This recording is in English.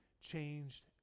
changed